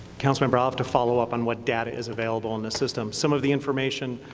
councilmember, i'll have to follow up on what data is available in the system. some of the information,